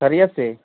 خریت سے